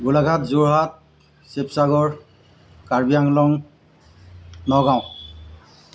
Golaghat Jorhat Sivasagar Karbi Anglong Nagaon